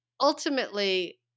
ultimately